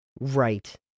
Right